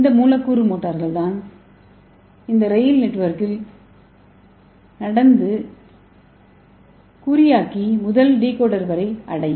இந்த மூலக்கூறு மோட்டார் தான் இந்த ரயில் நெட்வொர்க்கில் நடந்து குறியாக்கி முதல் டிகோடர் வரை அடையும்